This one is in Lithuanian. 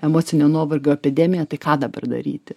emocinio nuovargio epidemija tai ką dabar daryti